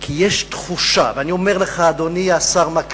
מי עובד, אדוני היושב-ראש?